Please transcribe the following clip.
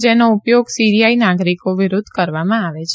જેનો ઉપયોગ સીરીયાઇ નાગરિકો વિરુદ્ધ કરવામાં આવે છે